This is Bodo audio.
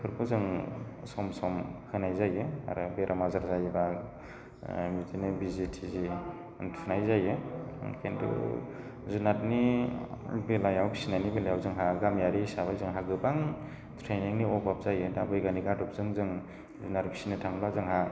फोरखौ जों सम सम होनाय जायो आरो बेरामा जाद्रायोबा बिदिनो बिजि थिजि थुनाय जायो खिन्थु जुनारनि बेलायाव फिसिनायनि बेलायाव जोंहा गामियारि हिसाबै जोंहा गोबां ट्रैनिंनि अभाब जायो दा बैग्यानिक आदबजों जों जुनार फिसिनो थाङोब्ला जोंहा